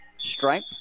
stripe